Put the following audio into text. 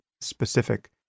specific